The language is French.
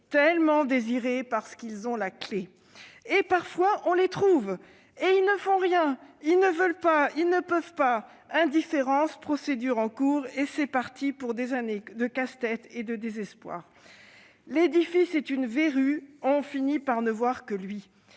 tellement désirés parce qu'ils ont la clé. Parfois, on les trouve, et ils ne font rien, ils ne veulent pas, ils ne peuvent pas : indifférence, procédure en cours, et c'est parti pour des années de casse-tête et de désespoir. L'édifice est une verrue, on finit par ne voir que lui.